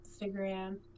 instagram